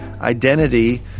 identity